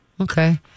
Okay